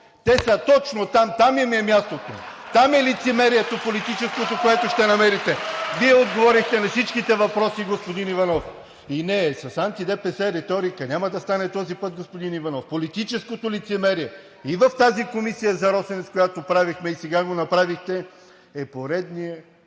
Те са точно там. Там им е мястото! Там е лицемерието, политическото, което ще намерите. (Ръкопляскания и възгласи „Браво!“ от ДПС.) Вие отговорихте на всичките въпроси, господин Иванов. И не, с анти ДПС риторика няма да стане този път, господин Иванов. Политическото лицемерие и в тази комисия за „Росенец“, която правихме, и сега го направихте, е поредният,